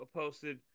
posted